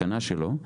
ההתקנה שלו.